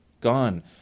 gone